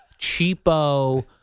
cheapo